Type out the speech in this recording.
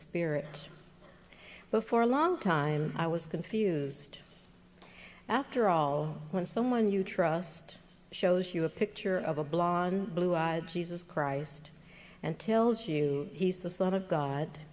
spirit before a long time i was confused after all when someone you trust shows you a picture of a blonde blue eyed jesus christ and tells you he's the son of god